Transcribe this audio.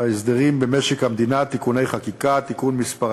ההסדרים במשק המדינה, בוא נתמקד